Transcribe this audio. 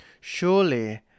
Surely